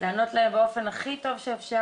לענות להם באופן הכי טוב שאפשר,